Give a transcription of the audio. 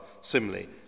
similarly